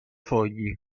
fogli